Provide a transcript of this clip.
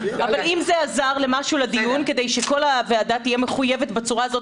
אבל אם זה עזר למשהו לדיון כדי שכל הוועדה תהיה מחויבת בצורה הזאת